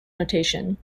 notation